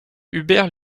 hubert